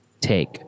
take